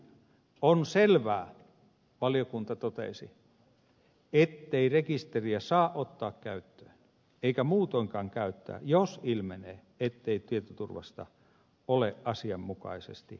on selvää valiokunta totesi ettei rekisteriä saa ottaa käyttöön eikä muutoinkaan käyttää jos ilmenee ettei tietoturvasta ole asianmukaisesti huolehdittu